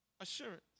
assurance